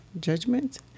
judgment